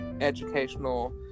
educational